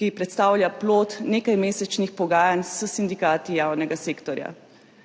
ki predstavlja plod nekajmesečnih pogajanj s sindikati javnega sektorja.